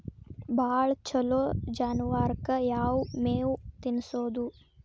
ಭಾಳ ಛಲೋ ಜಾನುವಾರಕ್ ಯಾವ್ ಮೇವ್ ತಿನ್ನಸೋದು?